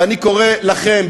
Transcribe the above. אני קורא לכם,